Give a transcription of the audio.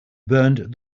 burned